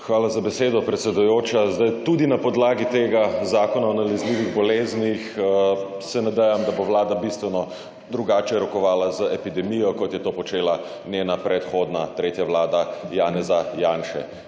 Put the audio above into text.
Hvala za besedo, predsedujoča. Tudi na podlagi tega zakona o nalezljivih boleznih se nadejam, da bo vlada bistveno drugače rokovala z epidemijo, kot je to počela njena predhodna, tretja vlada Janeza Janše.